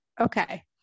Okay